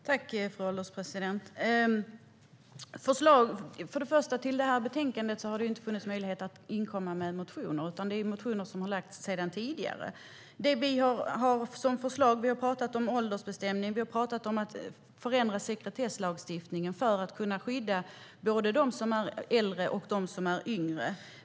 Fru ålderspresident! Först och främst har det inte funnits möjlighet att inkomma med motioner till det här betänkandet, utan det handlar om motioner som har lämnats in sedan tidigare. När det gäller vad vi har som förslag har vi talat om åldersbestämning och om att förändra sekretesslagstiftningen för att kunna skydda både dem som är äldre och dem som är yngre.